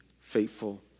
faithful